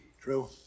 True